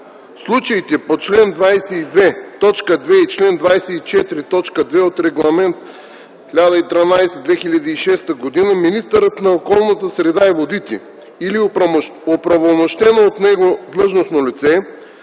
случаите по чл. 22, т. 2 и чл. 24, т. 2 от Регламент 1013/2006 министърът на околната среда и водите или оправомощено от него длъжностно лице